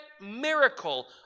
miracle